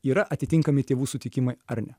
yra atitinkami tėvų sutikimai ar ne